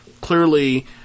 Clearly